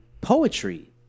poetry